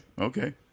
Okay